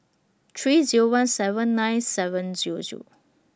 three Zero one seven nine seven Zero Zero